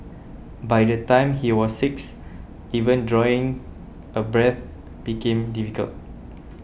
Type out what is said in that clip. by the time he was six even drawing a breath became difficult